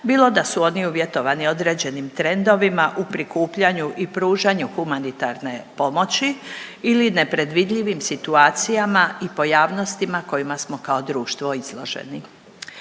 bilo da su oni uvjetovani određenim trendovima u prikupljanju i pružanju humanitarne pomoći ili nepredvidljivim situacijama i pojavnostima kojima smo kao društvo izloženi.